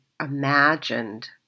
imagined